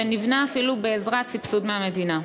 שאפילו נבנה בעזרת סבסוד מהמדינה.